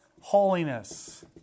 holiness